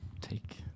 Take